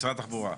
משרד התחבורה.